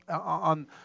on